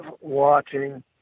watching